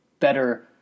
Better